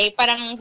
parang